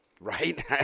Right